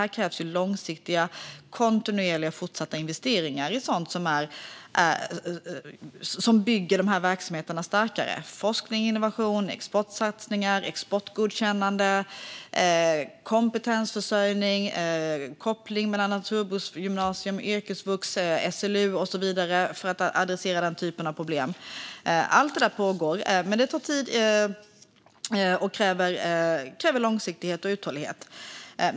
Det krävs långsiktiga, kontinuerliga och fortsatta investeringar i sådant som bygger de verksamheterna starkare. Det handlar om forskning och innovation, exportsatsningar, exportgodkännande, kompetensförsörjning, koppling mellan naturbruksgymnasium, yrkesvux och SLU och så vidare, för att adressera den typen av problem. Allt det pågår. Men det tar tid och kräver långsiktighet och uthållighet.